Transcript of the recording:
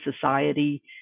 society